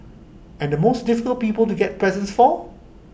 and the most difficult people to get presents for